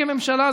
כממשלה,